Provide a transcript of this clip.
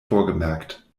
vorgemerkt